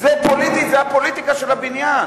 זה פוליטי, זה הפוליטיקה של הבניין.